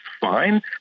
fine